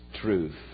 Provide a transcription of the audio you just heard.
truth